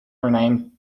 renamed